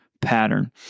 pattern